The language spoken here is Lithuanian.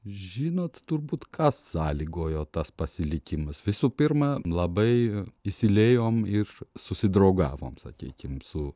žinot turbūt kas sąlygojo tas pasilikimas visų pirma labai įsiliejom ir susidraugavom sakykim su